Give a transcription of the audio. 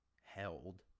held